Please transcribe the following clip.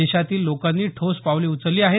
देशातील लोकांनी ठोस पावले उचलली आहेत